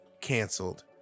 canceled